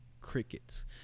Crickets